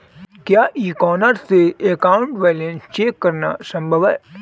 क्या e corner से account balance check करना संभव है?